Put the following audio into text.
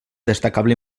destacable